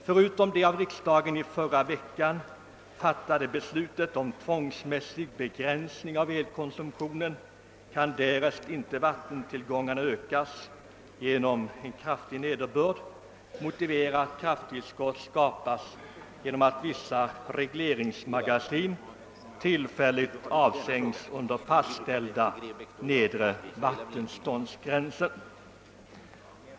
Förutom det av riksdagen i förra veckan fattade beslutet om tvångsmässig begränsning av elkonsumtionen kan, därest inte vattentillgångarna ökas genom kraftig nederbörd, ett krafttillskott skapas genom att vissa regleringsmagasin tillfälligt avsänks under fastställda nedre vattenståndsgränser.